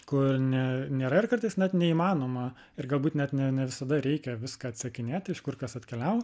kur ne nėra ir kartais net neįmanoma ir galbūt net ne ne visada reikia viską atsekinėti iš kur kas atkeliavo